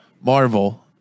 Marvel